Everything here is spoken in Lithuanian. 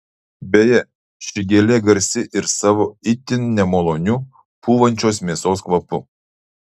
beje ši gėlė garsi ir savo itin nemaloniu pūvančios mėsos kvapu